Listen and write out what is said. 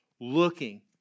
looking